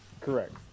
Correct